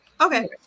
Okay